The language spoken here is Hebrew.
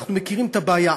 אנחנו מכירים את הבעיה,